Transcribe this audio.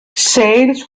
sales